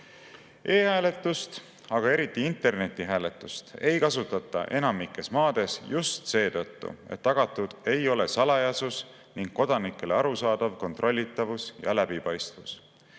E-hääletust, aga eriti internetihääletust ei kasutata enamikus maades just seetõttu, et tagatud ei ole salajasus ning kodanikele arusaadav kontrollitavus ja läbipaistvus.